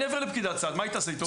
אני אעביר לפקידת סעד מה היא תעשה איתו?